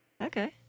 Okay